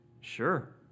sure